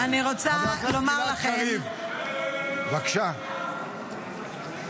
חבל שראש הממשלה ושר הביטחון --- ביטלו את העדות היום.